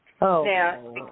Now